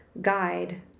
guide